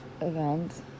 event